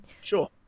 sure